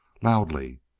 loudly.